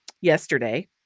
yesterday